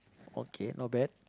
okay not bad